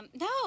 no